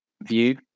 view